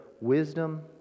wisdom